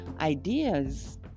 ideas